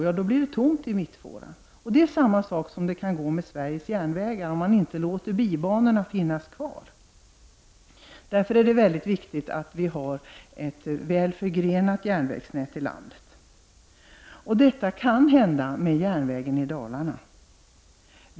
Ja, då blir det tomt i mittfåran. Det är samma sak som kan hända med Sveriges järnvägar om man inte låter bibanorna finnas kvar. Därför är det mycket viktigt att vi har ett välförgrenat järnvägsnät i landet. Detta kan hända med järnvägen i Dalarna.